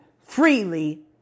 freely